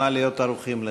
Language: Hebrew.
נא להיות ערוכים לכך.